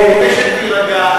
כדי שתירגע,